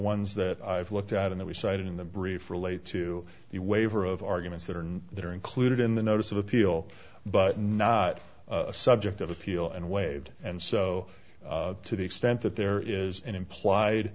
ones that i've looked at in that we cited in the brief relate to the waiver of arguments that are that are included in the notice of appeal but not subject of appeal and waived and so to the extent that there is an implied